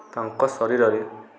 ତାଙ୍କ ଶରୀରରେ